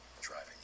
driving